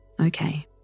Okay